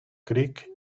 creek